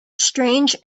strange